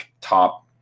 top